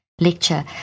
lecture